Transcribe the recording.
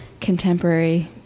contemporary